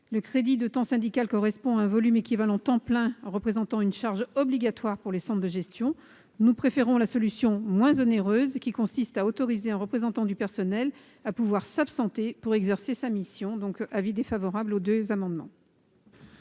Le crédit de temps syndical correspond à un volume d'équivalents temps plein représentant une charge obligatoire pour les centres de gestion. Nous préférons la solution moins onéreuse consistant à autoriser un représentant du personnel à s'absenter pour exercer sa mission. Avis défavorable sur les deux amendements.